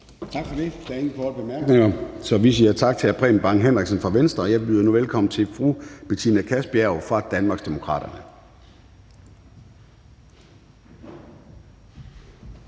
Tak for det. Der er ingen korte bemærkninger, så vi siger tak til hr. Preben Bang Henriksen fra Venstre. Jeg byder nu velkommen til fru Betina Kastbjerg fra Danmarksdemokraterne.